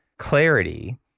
Clarity